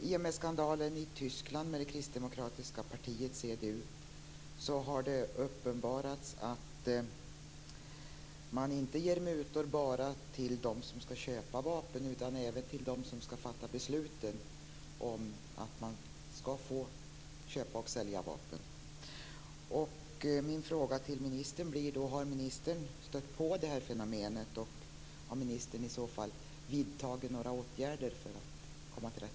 I och med skandalen i Tyskland med det kristdemokratiska partiet CDU har det uppenbarats att man inte ger mutor bara till dem som ska köpa vapen utan även till dem som ska fatta besluten om att man ska få köpa och sälja vapen.